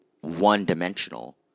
one-dimensional